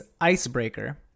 icebreaker